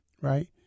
right